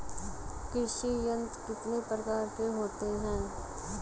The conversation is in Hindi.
कृषि यंत्र कितने प्रकार के होते हैं?